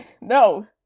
No